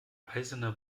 eisene